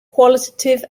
qualitative